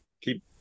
keep